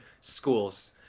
schools